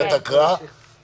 אתה רוצה לומר משהו בעניין הזה?